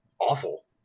awful